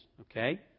Okay